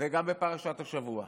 וגם בפרשת השבוע,